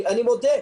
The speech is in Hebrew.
אני מודה,